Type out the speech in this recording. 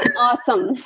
Awesome